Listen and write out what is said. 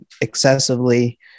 excessively